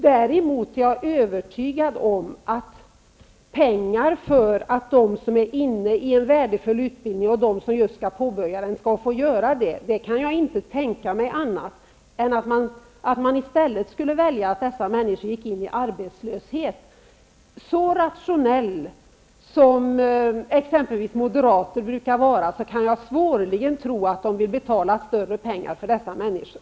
Däremot är jag övertygad om att de som är inne i en värdefull utbildning eller just skall påbörja sådan skall få göra det. Jag kan inte tänka mig att man skulle välja att dessa människor gick ut i arbetslöshet. Så rationella som exempelvis moderater brukar vara, kan jag svårligen tro att de vill betala mer pengar för dessa människor.